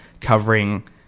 covering